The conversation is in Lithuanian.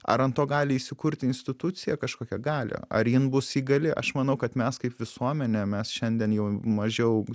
ar ant to gali įsikurti institucija kažkokia gali ar jin bus įgali aš manau kad mes kaip visuomenė mes šiandien jau mažiau